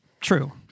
True